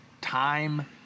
time